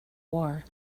war